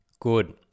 Good